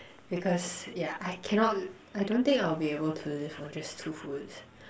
because yeah I cannot I don't think I'll be able to live on just two foods